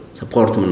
support